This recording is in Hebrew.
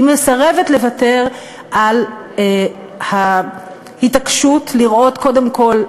היא מסרבת לוותר על ההתעקשות לראות, קודם כול,